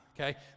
Okay